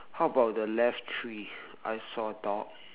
how about the left tree I saw a dog